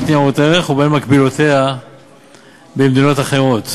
ניירות ערך ובין מקבילותיה במדינות אחרות.